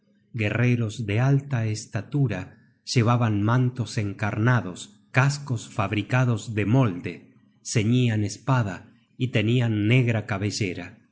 guerreros de alta estatura llevaban mantos encarnados cascos fabricados de molde ceñian espada y tenian negra cabellera